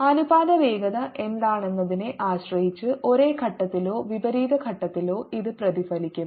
അനുപാത വേഗത എന്താണെന്നതിനെ ആശ്രയിച്ച് ഒരേ ഘട്ടത്തിലോ വിപരീത ഘട്ടത്തിലോ ഇത് പ്രതിഫലിക്കും